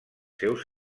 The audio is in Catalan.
seus